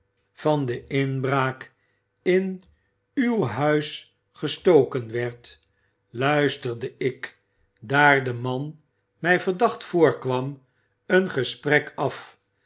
van de inbraak in uw huis gestoken werd luisterde ik daar den man mij verdacht voorkwam een gesprek af